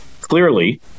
clearly